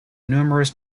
numerous